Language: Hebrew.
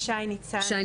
כן.